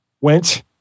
went